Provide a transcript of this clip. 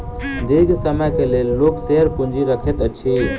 दीर्घ समय के लेल लोक शेयर पूंजी रखैत अछि